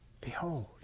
Behold